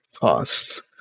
costs